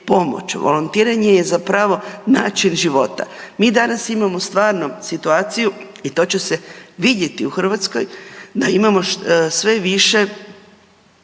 volontiranje je zapravo način života. Mi danas imamo stvarno situaciju i to će se vidjeti u Hrvatskoj da imamo sve više